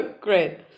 Great